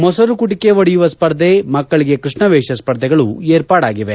ಮೊಸರು ಕುಡಿಕೆ ಒಡೆಯುವ ಸ್ಪರ್ಧೆ ಮಕ್ಕಳಿಗೆ ಕೃಷ್ಣ ವೇಷ ಸ್ಪರ್ಧೆಗಳು ಏರ್ಪಾಡಾಗಿವೆ